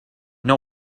not